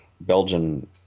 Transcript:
Belgian